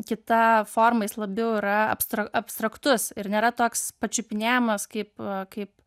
kita forma jis labiau yra abstraktus ir nėra toks pačiupinėjamas kaip kaip